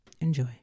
Enjoy